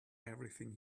everything